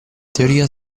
teoria